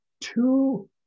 two